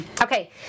Okay